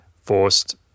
forced